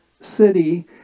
city